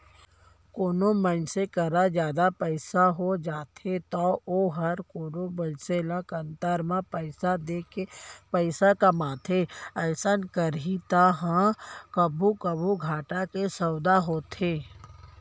कोनो मनसे करा जादा पइसा हो जाथे तौ वोहर कोनो मनसे ल कन्तर म पइसा देके पइसा कमाथे अइसन करई ह कभू कभू घाटा के सौंदा होथे